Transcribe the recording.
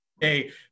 hey